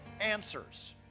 Answers